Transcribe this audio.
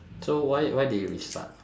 so why why they restart